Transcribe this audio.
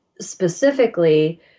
specifically